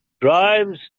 drives